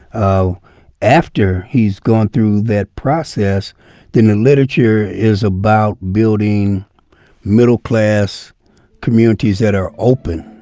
ah after he's gone through that process, then the literature is about building middle-class communities that are open